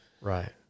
Right